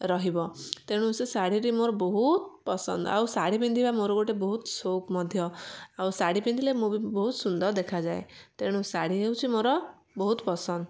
ରହିବ ତେଣୁ ସେ ଶାଢ଼ୀଟି ମୋର ବହୁତ ପସନ୍ଦ ଆଉ ଶାଢ଼ୀ ପିନ୍ଧିବା ମୋର ଗୋଟେ ବହୁତ ସଉକ ମଧ୍ୟ ଆଉ ଶାଢ଼ୀ ପିନ୍ଧିଲେ ମୁଁ ବି ବହୁତ ସୁନ୍ଦର ଦେଖାଯାଏ ତେଣୁ ଶାଢ଼ୀ ହେଉଛି ମୋର ବହୁତ ପସନ୍ଦ